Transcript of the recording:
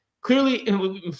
clearly